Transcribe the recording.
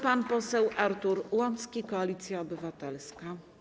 Pan poseł Artur Łącki, Koalicja Obywatelska.